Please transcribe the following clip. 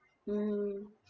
mm